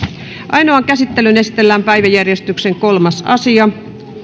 ainoaan käsittelyyn esitellään päiväjärjestyksen kolmas asia